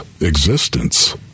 existence